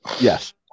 Yes